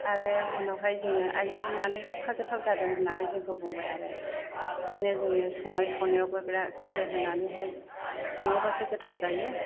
आरो उनावहाय जोङो आयु मानो एफा गोथाव जादों हन्नानै जोंखौ बुंबाय आरो ओंखायनो जोङो संनाय खावनायावबो बिराद गोसो होनानैहाय सङोबासो गोथाव जायो